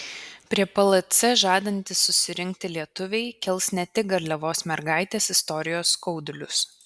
prie plc žadantys susirinkti lietuviai kels ne tik garliavos mergaitės istorijos skaudulius